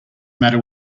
matter